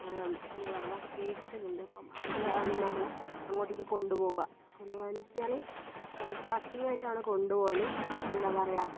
എന്താ പറയുക ഗേഡ്സൊക്കെ ഉണ്ട് അപ്പം അവർ ആണ് നമ്മളെ അങ്ങോട്ടേയ്ക്ക് കൊണ്ടുപോവുക കൊണ്ടുപോവാൻ എന്ന് വച്ചു കയിഞ്ഞാൽ ട്രക്കിങ്ങായിട്ടാണ് കൊണ്ടുപോകൽ എന്താ പറയുക